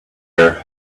air